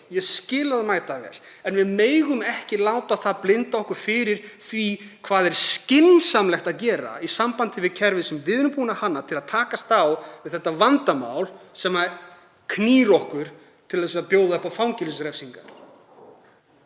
Ég skil það mætavel. En við megum ekki láta það blinda okkur fyrir því hvað er skynsamlegt að gera í sambandi við kerfið sem við erum búin að hanna til að takast á við þetta vandamál sem knýr okkur til að hafa fangelsisrefsingar.